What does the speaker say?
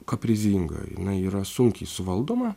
kaprizinga jinai yra sunkiai suvaldoma